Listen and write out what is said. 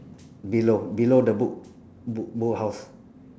below below the book book book house